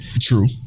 True